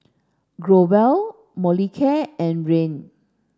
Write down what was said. Growell Molicare and Rene